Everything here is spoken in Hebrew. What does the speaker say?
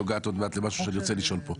נוגעת עוד מעט למשהו שאני רוצה לשאול פה.